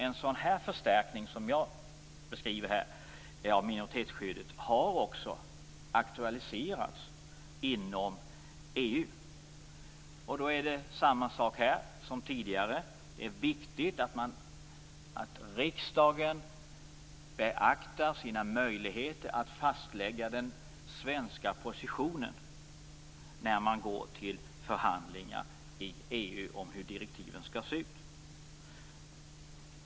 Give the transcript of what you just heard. En sådan förstärkning av minoritetsskyddet som jag beskriver här har också aktualiserats inom EU. Då gäller samma sak här som tidigare, dvs. att det är viktigt att riksdagen beaktar sina möjligheter att fastlägga den svenska positionen när man går till förhandlingar i EU om hur direktiven skall se ut.